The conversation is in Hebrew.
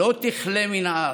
לא תכלה מן הארץ.